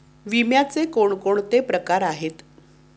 विम्याचे कोणकोणते प्रकार आहेत?